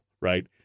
right